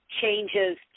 changes